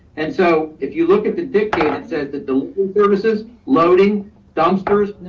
and so if you look at the dictator that says that the services loading dumpsters,